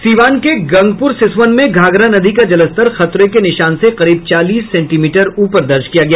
सीवान के गंगपुर सिसवन में घाघरा नदी का जलस्तर खतरे के निशान से करीब चालीस सेंटीमीटर ऊपर दर्ज किया गया